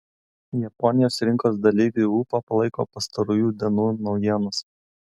japonijos rinkos dalyvių ūpą palaiko pastarųjų dienų naujienos